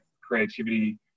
creativity